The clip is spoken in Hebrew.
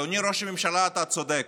אדוני ראש הממשלה, אתה צודק: